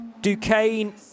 Duquesne